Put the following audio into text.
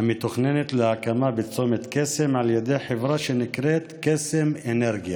המתוכננת להקמה בצומת קסם על ידי חברה שנקראת "קסם אנרגיה".